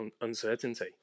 uncertainty